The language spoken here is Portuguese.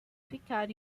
ficar